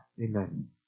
Amen